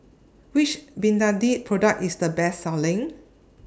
Which Betadine Product IS The Best Selling